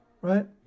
Right